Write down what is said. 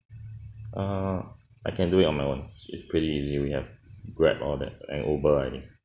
err I can do it on my own it's pretty easy we have grab and all that and uber I think